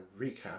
recap